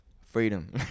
Freedom